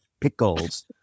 pickles